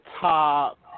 top